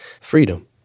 freedom